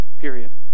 period